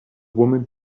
woman